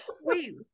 Wait